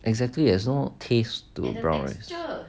exactly there's no taste to brown rice